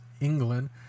England